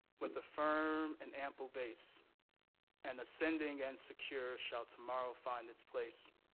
with a firm and ample base and ascending and secure shall to-morrow find its place.